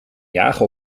jagen